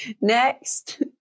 Next